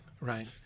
right